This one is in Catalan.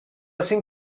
cinc